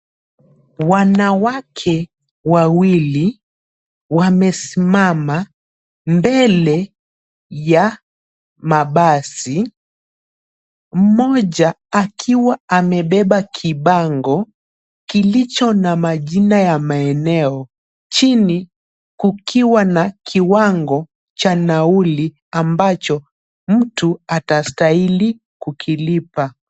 Wanawake wawili wamesimama mbele ya mabasi mmoja akiwa amebeba kibango kilicho na majina ya maeneo chini kukiwa na kiwango cha nauli ambacho mtu atastahili kukilipa.